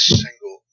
single